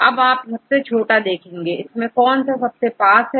अब आप सबसे छोटा देखेंगे दो कौन से सबसे पास हैं